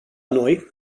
noi